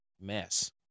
mess